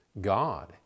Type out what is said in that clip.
God